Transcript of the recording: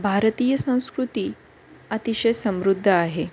भारतीय संस्कृती अतिशय समृद्ध आहे